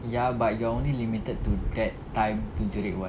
ya but you're only limited to that time to jerit [what]